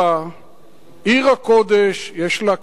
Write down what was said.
עיר הקודש, יש לה כ-70 שמות,